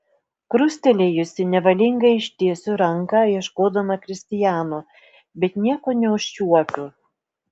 krustelėjusi nevalingai ištiesiu ranką ieškodama kristijano bet nieko neužčiuopiu